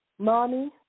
Mommy